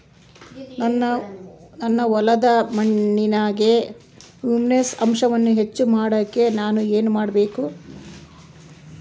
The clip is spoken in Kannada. ನನ್ನ ಹೊಲದ ಮಣ್ಣಿನಾಗ ಹ್ಯೂಮಸ್ ಅಂಶವನ್ನ ಹೆಚ್ಚು ಮಾಡಾಕ ನಾನು ಏನು ಮಾಡಬೇಕು?